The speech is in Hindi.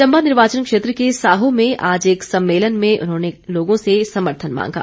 चम्बा निर्वाचन क्षेत्र के साहो में आज एक सम्मेलन में उन्होंने लोगों से समर्थन मांगा